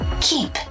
keep